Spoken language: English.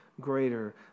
greater